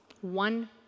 One